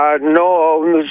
No